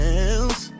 else